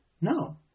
No